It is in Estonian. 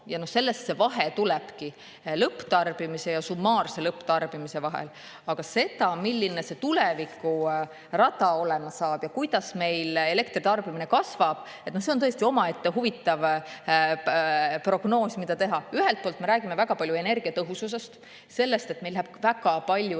kaod. Sellest see vahe lõpptarbimise ja summaarse lõpptarbimise vahel tulebki. Aga see, milline see tulevikurada olema saab ja kuidas meil elektritarbimine kasvab, on täiesti omaette huvitav prognoos, mida teha. Ühelt poolt me räägime väga palju energiatõhususest, sellest, et meil läheb väga palju